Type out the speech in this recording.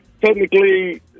technically